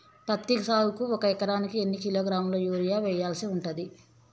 పత్తి సాగుకు ఒక ఎకరానికి ఎన్ని కిలోగ్రాముల యూరియా వెయ్యాల్సి ఉంటది?